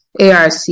ARC